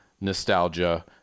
nostalgia